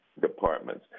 departments